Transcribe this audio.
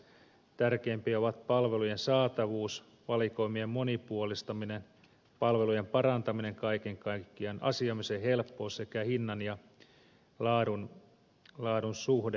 tärkeimpiä ovat palvelujen saatavuus valikoimien monipuolistaminen palvelujen parantaminen kaiken kaikkiaan asioimisen helppous sekä hinnan ja laadun suhde